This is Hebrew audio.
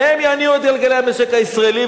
הן יניעו את גלגלי המשק הישראלי,